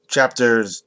Chapters